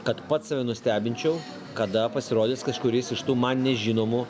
kad pats save nustebinčiau kada pasirodys kažkuris iš tų man nežinomų